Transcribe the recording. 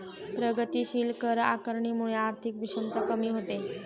प्रगतीशील कर आकारणीमुळे आर्थिक विषमता कमी होते